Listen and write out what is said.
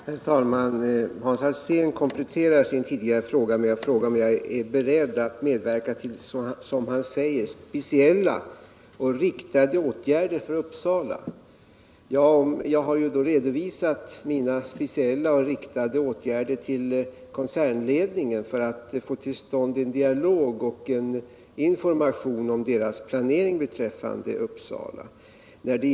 Herr talman! Hans Alsénn kompletterar sin tidigare fråga med att undra om jag är beredd att medverka till, som han säger, speciella och riktade åtgärder för Uppsala. Jag har ju redovisat mina speciella och riktade åtgärder till koncernledningen för att få till stånd en dialog och en information om dess planering beträffande Uppsala.